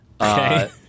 Okay